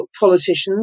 politicians